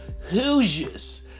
Hoosiers